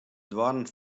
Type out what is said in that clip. doarren